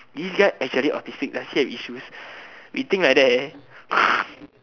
this guy actually autistic does he have issues we think like that eh